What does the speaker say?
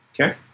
Okay